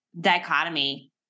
dichotomy